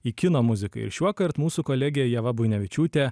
į kino muziką ir šiuokart mūsų kolegė ieva buinevičiūtė